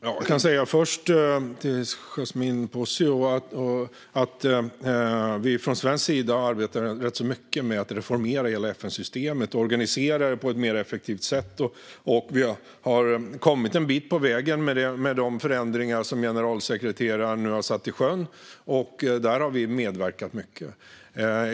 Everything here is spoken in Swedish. Fru talman! Jag kan först säga till Yasmine Posio att vi från svensk sida arbetar rätt så mycket med att reformera hela FN-systemet och organisera det på ett mer effektivt sätt. Vi har kommit en bit på vägen med de förändringar som generalsekreteraren nu har satt i sjön. Där har vi medverkat mycket.